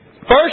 First